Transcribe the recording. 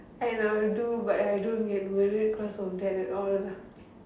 and I will do but I don't get worried cause of that at all